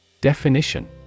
Definition